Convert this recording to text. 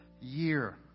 year